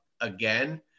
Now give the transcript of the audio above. again